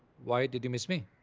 why? did you miss me?